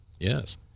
Yes